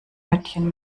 wörtchen